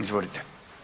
Izvolite.